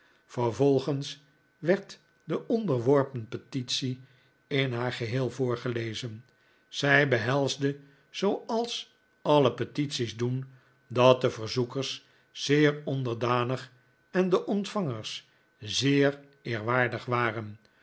vervolgens werd de ontworpen petitie in haar geheel voorgelezen zij behelsde zooals alle petities doen dat de verzoekers zeer onderdanig en de ontvangers zeer eerwaardig waren